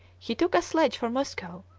he took a sledge for moscow,